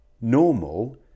normal